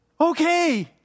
okay